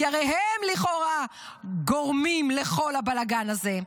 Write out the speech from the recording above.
כי הרי הם לכאורה גורמים לכל הבלגן הזה.